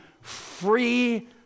free